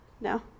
No